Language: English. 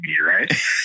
right